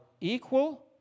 equal